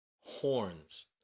horns